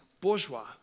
Bourgeois